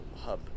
hub